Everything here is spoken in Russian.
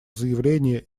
заявление